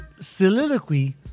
soliloquy